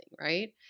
right